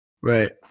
right